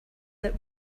that